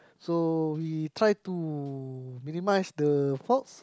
so we try to minimise the faults